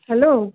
hello